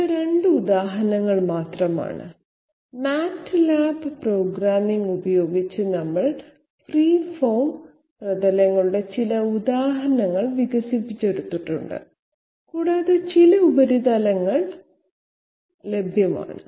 ഇവ 2 ഉദാഹരണങ്ങളാണ് MATLAB programming ഉപയോഗിച്ച് നമ്മൾ ഫ്രീ ഫോം പ്രതലങ്ങളുടെ ചില ഉദാഹരണങ്ങൾ വികസിപ്പിച്ചെടുത്തിട്ടുണ്ട് കൂടാതെ ചില ഉപരിതലങ്ങൾ ലഭ്യമാണ്